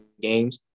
games